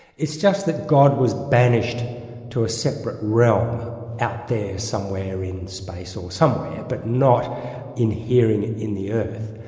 it's just that god was banished to a separate realm out there somewhere in space, or somewhere, but not inhering in the earth.